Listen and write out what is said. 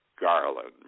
Garland